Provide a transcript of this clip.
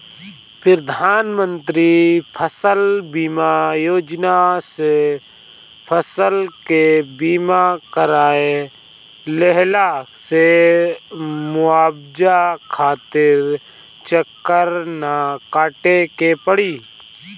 प्रधानमंत्री फसल बीमा योजना से फसल के बीमा कराए लेहला से मुआवजा खातिर चक्कर ना काटे के पड़ी